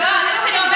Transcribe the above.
וגם אני לא,